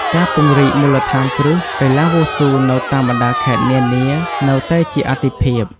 ការពង្រីកមូលដ្ឋានគ្រឹះកីឡាវ៉ូស៊ូនៅតាមបណ្ដាខេត្តនានានៅតែជាអាទិភាព។